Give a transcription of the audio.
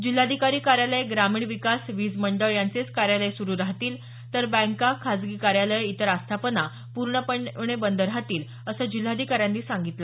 जिल्हाधिकारी कार्यालय ग्रामीण विकास वीज मंडळ यांचेच कार्यालय सुरू राहतील तर बँका खाजगी कार्यालय इतर आस्थापना ह्या पूर्णपणे बंद राहतील असं जिल्हाधिकाऱ्यांनी सांगितलं